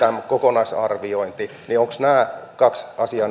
kokonaisarviointi niin onko nämä kaksi asiaa